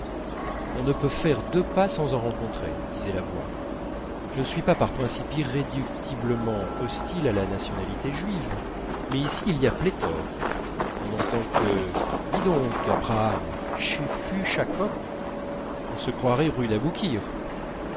on ne peut faire deux pas sans en rencontrer disait la voix je ne suis pas par principe irréductiblement hostile à la nationalité juive mais ici il y a pléthore on n'entend que dis donc apraham chai fu chakop on se croirait rue d'aboukir